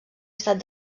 estat